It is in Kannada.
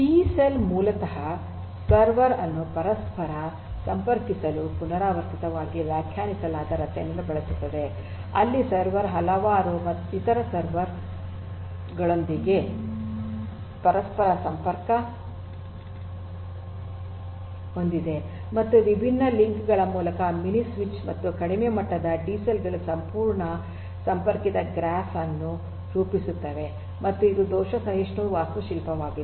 ಡಿಸೆಲ್ ಮೂಲತಃ ಸರ್ವರ್ ಅನ್ನು ಪರಸ್ಪರ ಸಂಪರ್ಕಿಸಲು ಪುನರಾವರ್ತಿತವಾಗಿ ವ್ಯಾಖ್ಯಾನಿಸಲಾದ ರಚನೆಯನ್ನು ಬಳಸುತ್ತದೆ ಅಲ್ಲಿ ಸರ್ವರ್ ಹಲವಾರು ಇತರ ಸರ್ವರ್ ಗಳೊಂದಿಗೆ ಪರಸ್ಪರ ಸಂಪರ್ಕ ಹೊಂದಿದೆ ಮತ್ತು ವಿಭಿನ್ನ ಸಂವಹನ ಲಿಂಕ್ ಗಳ ಮೂಲಕ ಮಿನಿ ಸ್ವಿಚ್ ಮತ್ತು ಕಡಿಮೆ ಮಟ್ಟದ ಡಿಸೆಲ್ ಗಳು ಸಂಪೂರ್ಣ ಸಂಪರ್ಕಿತ ಗ್ರಾಫ್ ಅನ್ನು ರೂಪಿಸುತ್ತವೆ ಮತ್ತು ಇದು ದೋಷ ಸಹಿಷ್ಣು ವಾಸ್ತುಶಿಲ್ಪವಾಗಿದೆ